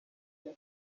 que